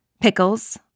pickles